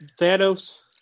Thanos